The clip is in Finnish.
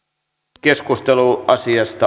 keskustelu päättyi